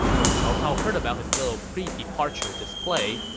when cao cao heard about his little pre-departure display,